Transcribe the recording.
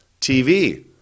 TV